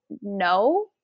no